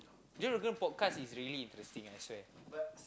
podcast is really interesting I swear